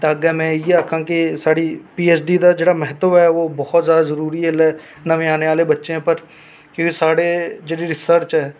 ते अग्गै में इ'यै आक्खां कि साढी पी एच डी दा जेह्ड़ा महत्व ऐ ओह् बहुत जैदा जरूरी ऐ इसलै नवें आने आह्ले बच्चें उप्पर क्यूंकि साढ़ी जेह्ड़ी रिर्सच ऐ